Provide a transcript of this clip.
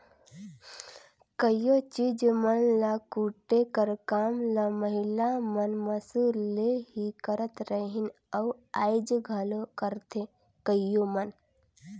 कइयो चीज मन ल कूटे कर काम ल महिला मन मूसर ले ही करत रहिन अउ आएज घलो करथे करोइया मन